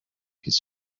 his